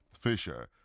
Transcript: fisher